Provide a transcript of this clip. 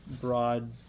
broad